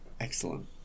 Excellent